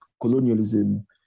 colonialism